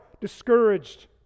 discouraged